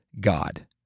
God